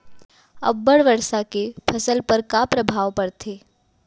अब्बड़ वर्षा के फसल पर का प्रभाव परथे?